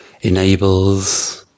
enables